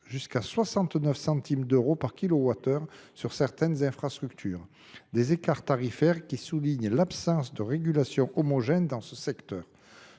jusqu’à 69 centimes d’euros par kilowattheure sur certaines infrastructures. Ces écarts tarifaires soulignent l’absence de régulation homogène du secteur.